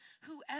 Whoever